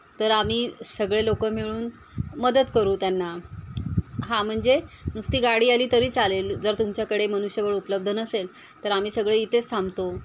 तर आम्ही सगळे लोकं मिळून मदत करू त्यांना हा म्हणजे नुसती गाडी आली तरी चालेल जर तुमच्याकडे मनुष्यबळ उपलब्ध नसेल तर आम्ही सगळे इथेच थांबतो